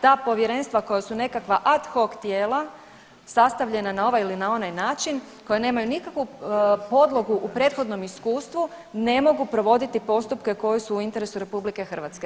Ta povjerenstva koja su nekakva ad hoc tijela, sastavljena na ovaj ili onaj način koja nemaju nikakvu podlogu u prethodnom iskustvu ne mogu provoditi postupke koji su u interesu RH.